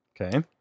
Okay